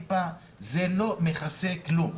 זה לא מכסה כלום.